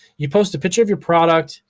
you post a picture of your product.